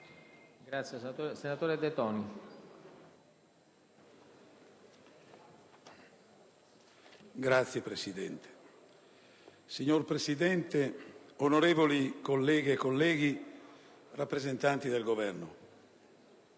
DE TONI *(IdV)*. Signor Presidente, onorevoli colleghe e colleghi, rappresentanti del Governo,